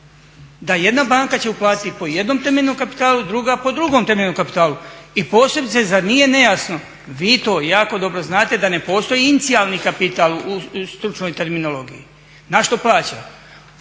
da jedna banke će uplatiti po jednom temeljnom kapitalu, druga po drugom temeljnom kapitalu i posebice zar nije nejasno vi to jako dobro znate da ne postoji inicijalni kapital u stručnoj terminologiji. Na što plaća?